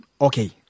Okay